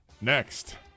Next